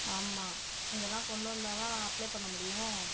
ஆமாம் இதெல்லாம் கொண்டு வந்தால்தான் அப்ளை பண்ண முடியும்